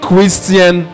christian